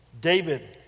David